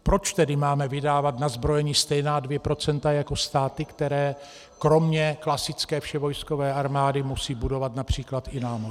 Proč tedy máme vydávat na zbrojení stejná 2 % jako státy, které kromě klasické vševojskové armády musí budovat například i námořnictvo?